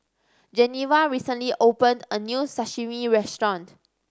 Geneva recently opened a new Sashimi Restaurant